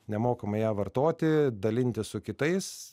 nemokamai ją vartoti dalintis su kitais